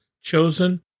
chosen